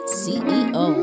ceo